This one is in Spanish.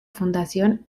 fundación